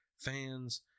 fans